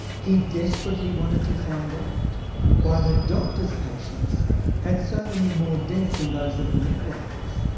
he desperately wanted to find out why the doctor's patients had so many more deaths than those of the midwives.